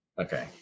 Okay